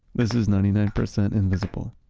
this is ninety nine percent invisible.